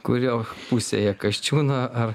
kurio pusėje kasčiūno ar